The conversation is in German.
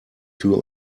tür